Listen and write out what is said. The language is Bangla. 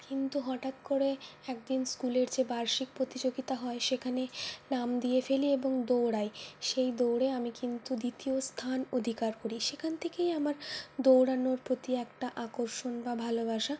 কিন্তু হঠাৎ করে একদিন স্কুলের যে বার্ষিক প্রতিযোগিতা হয় সেখানে নাম দিয়ে ফেলি এবং দৌড়াই সেই দৌড়ে আমি কিন্তু দ্বিতীয় স্থান অধিকার করি সেখান থেকেই আমার দৌড়ানোর প্রতি একটা আকর্ষণ বা ভালোবাসা